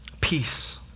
Peace